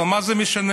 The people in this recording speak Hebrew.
אבל מה זה משנה,